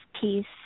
peace